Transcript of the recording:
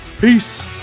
Peace